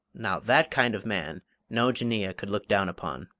now, that kind of man no jinneeyeh could look down upon.